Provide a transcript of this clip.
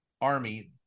army